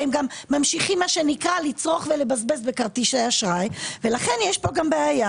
והם ממשיכים לצרוך ולבזבז בכרטיסי אזרחי ולכן יש פה בעיה,